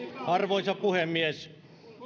arvoisa puhemies